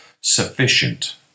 sufficient